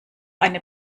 eine